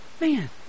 man